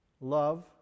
Love